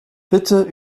bitte